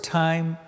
time